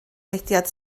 mudiad